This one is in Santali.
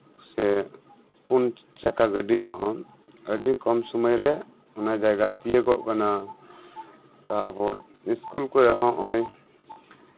ᱥᱮ ᱯᱩᱱ ᱪᱟᱠᱟ ᱜᱟᱹᱰᱤ ᱛᱮᱦᱚᱸ ᱟᱹᱰᱤ ᱠᱚᱢ ᱥᱚᱢᱚᱭᱨᱮ ᱡᱟᱭᱜᱟ ᱛᱤᱭᱳᱜᱚᱜ ᱠᱟᱱᱟ ᱛᱟᱨᱯᱚᱨ ᱤᱥᱠᱩᱞ ᱠᱚᱨᱮᱜ ᱦᱚᱸ ᱱᱚᱜ ᱚᱭ